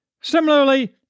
Similarly